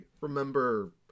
remember